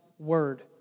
word